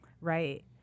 right